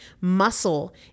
Muscle